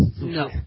No